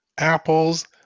apples